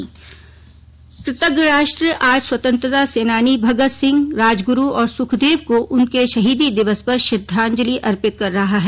श्रद्वांजलि कृतज्ञ राष्ट्र आज स्वतंत्रता सेनानी भगत सिंह राजगुरू और सुखदेव को उनके शहीदी दिवस पर श्रद्वांजलि अर्पित कर रहा है